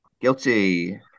Guilty